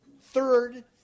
Third